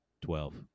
Twelve